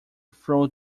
throat